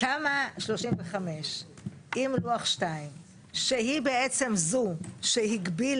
תמ"א 35 עם לוח 2 שהיא באמת זו שהגבילה,